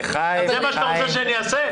זה מה שאתה רוצה שאני אעשה?